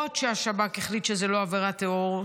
למרות שהשב"כ החליט שזו לא עבירת טרור,